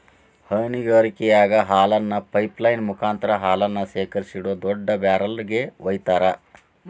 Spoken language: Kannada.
ಹೈನಗಾರಿಕೆಯಾಗ ಹಾಲನ್ನ ಪೈಪ್ ಲೈನ್ ಮುಕಾಂತ್ರ ಹಾಲನ್ನ ಶೇಖರಿಸಿಡೋ ದೊಡ್ಡ ಬ್ಯಾರೆಲ್ ಗೆ ವೈತಾರ